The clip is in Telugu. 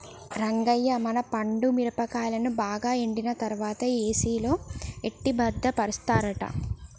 రంగయ్య మన పండు మిరపకాయలను బాగా ఎండిన తర్వాత ఏసిలో ఎట్టి భద్రపరుస్తారట